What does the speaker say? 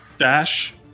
dash